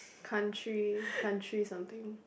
country country something